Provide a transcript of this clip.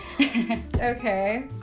Okay